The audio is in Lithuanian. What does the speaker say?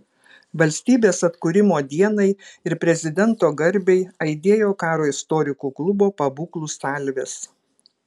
valstybės atkūrimo dienai ir prezidento garbei aidėjo karo istorikų klubo pabūklų salvės